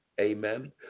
amen